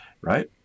right